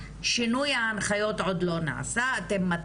להמשיך את ההיריון או לא להמשיך את ההיריון בעצם הידיעה